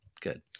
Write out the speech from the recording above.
Good